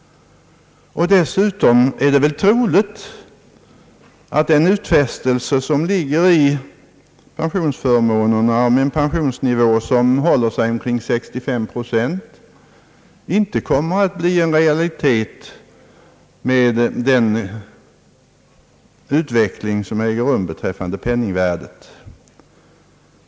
Dessutom är det troligt att den utfästelse som ligger i pensionsförmåner i form av en pensionsnivå på omkring 65 procent inte kommer att bli en realitet med den utveckling som äger rum beträffande penningvärdet.